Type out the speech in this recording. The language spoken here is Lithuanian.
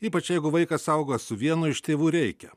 ypač jeigu vaikas auga su vienu iš tėvų reikia